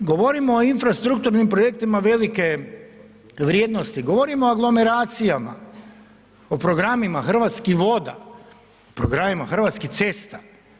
Govorimo o infrastrukturnim projektima velike vrijednosti, govorimo o aglomeracijama, o programima Hrvatskih voda, o programima Hrvatskih cesta.